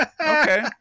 Okay